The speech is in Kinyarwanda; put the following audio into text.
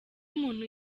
umuntu